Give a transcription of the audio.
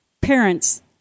parents